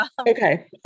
okay